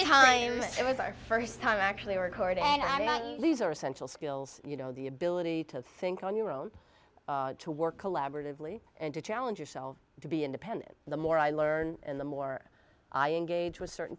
first it was our first time actually record and i mean these are essential skills you know the ability to think on your own to work collaboratively and to challenge yourself to be independent the more i learn and the more i engage with certain